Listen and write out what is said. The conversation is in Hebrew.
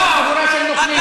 כן,